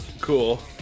Cool